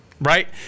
right